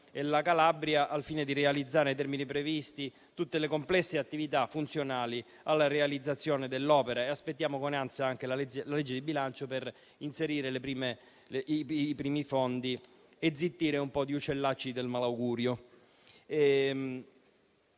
e la Calabria, al fine di realizzare nei termini previsti tutte le complesse attività funzionali alla realizzazione dell'opera. Aspettiamo con ansia anche il disegno di legge di bilancio per inserire i primi fondi e zittire un po' di uccellacci del malaugurio.